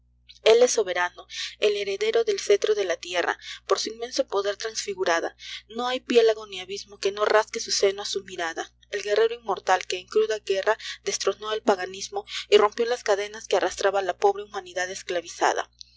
él es el soberano el heredero del cetro de la tierra por su inmenso poder transfigurada i no hay piélago ni abismo que no razgue su seno á su mirada el guerrero inmortal que en cruda guerra destronó el paganismo y rompió las cadenas qne arrastraba la pobre humanidad esclavizada